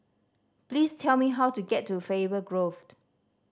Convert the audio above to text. please tell me how to get to Faber Grove